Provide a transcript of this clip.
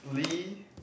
Lee